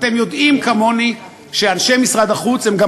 אתם יודעים כמוני שאנשי משרד החוץ הם גם